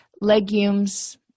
legumes